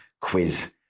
quiz